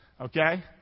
Okay